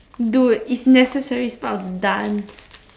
dude it is necessary it is part of the dance